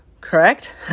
correct